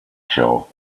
show